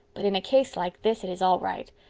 but in a case like this it is all right.